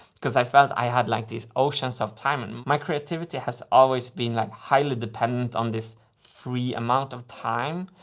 because i felt i had like these oceans of time and my creativity has always been like highly dependent on this free amount of time,